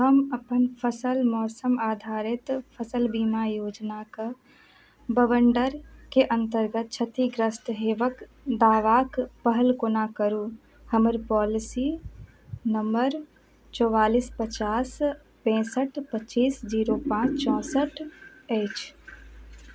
हम अपन फसल मौसम आधारित फसल बीमा योजना कऽ बवण्डरके अन्तर्गत क्षतिग्रस्त हेवाक दावाक पहल कोना करू हमर पॉलिसी नम्बर चौवालिस पचास पैंसठि पच्चीस जीरो पाँच चौसठि अछि